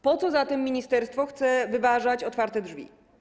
Po co zatem ministerstwo chce wyważać otwarte drzwi?